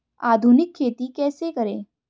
आधुनिक खेती कैसे करें?